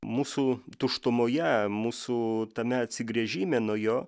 mūsų tuštumoje mūsų tame atsigręžime nuo jo